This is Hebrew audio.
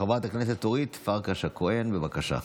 חברת הכנסת אורית פרקש הכהן, בבקשה.